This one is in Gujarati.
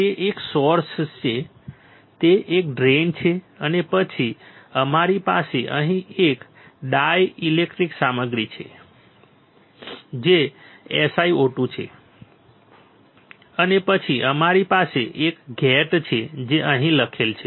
તે એક સોર્સ છે તે એક ડ્રેઇન છે અને પછી અમારી પાસે અહીં એક ડાઇલેક્ટ્રિક સામગ્રી છે જે SiO2 છે અને પછી અમારી પાસે એક ગેટ છે જે અહીં લખેલ છે